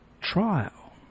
trial